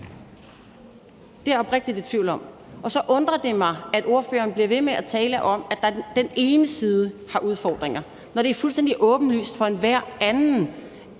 det er jeg oprigtigt i tvivl om. Så undrer det mig, at ordføreren bliver ved med at tale om, at den ene side har udfordringer, når det er fuldstændig åbenlyst for enhver anden, at